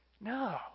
No